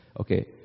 Okay